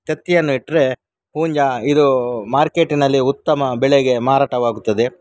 ತತ್ತಿಯನ್ನು ಇಟ್ಟರೆ ಹುಂಜ ಇದು ಮಾರ್ಕೆಟಿನಲ್ಲಿ ಉತ್ತಮ ಬೆಲೆಗೆ ಮಾರಾಟವಾಗುತ್ತದೆ